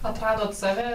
atradot save